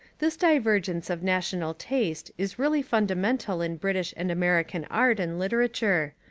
this divergence of national taste is really fundamental in british and american art and literature,